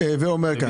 הווה אומר ככה,